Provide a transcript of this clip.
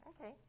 Okay